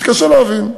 מתקשה להבין.